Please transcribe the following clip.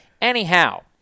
Anyhow